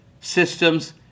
systems